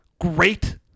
great